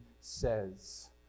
says